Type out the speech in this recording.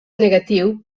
negatiu